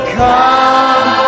come